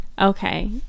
Okay